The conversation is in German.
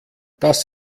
das